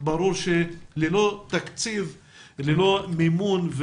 ברור שללא תקציב וללא מימון,